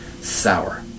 sour